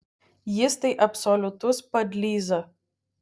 jis tai absoliutus padlyza